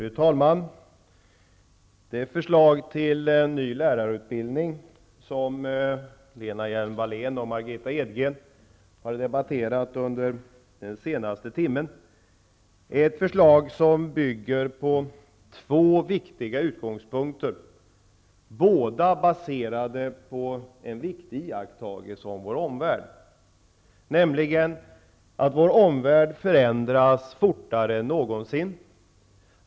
Fru talman! Det förslag till ny lärarutbildning som Lena Hjelm-Wallén och Margitta Edgren har debatterat den senaste timmen här bygger på två viktiga utgångspunkter, båda baserade på en viktig iakttagelse beträffande vår omvärld. Vår omvärld förändras nämligen fortare än någonsin.